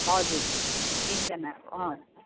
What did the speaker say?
हजुर एकजनाको अँ